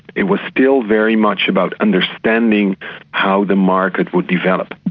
it was still very much about understanding how the market would develop.